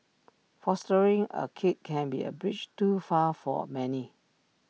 fostering A kid can be A bridge too far for many